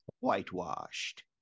whitewashed